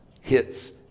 hits